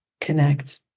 connect